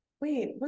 Wait